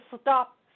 stop